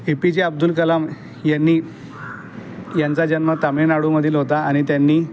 APJ Abdul Kalam यांनी यांचा जन्म तामिळनाडूमधील होता आणि त्यांनी